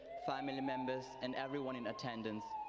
family members, and everyone in attendance.